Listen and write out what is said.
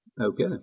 Okay